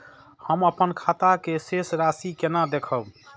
हम अपन खाता के शेष राशि केना देखब?